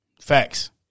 Facts